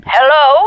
Hello